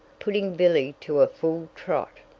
putting billy to a full trot.